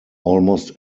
almost